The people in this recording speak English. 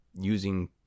using